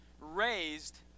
Raised